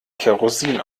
kerosin